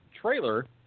trailer